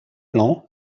plan